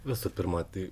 visų pirma tai